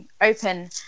open